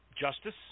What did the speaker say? justice